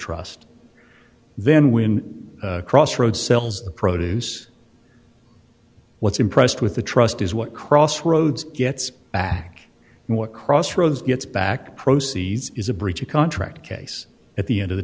trust then when crossroads sells produce what's impressed with the trust is what crossroads gets back and what crossroads gets back proces is a breach of contract case at the end of the